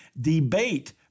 debate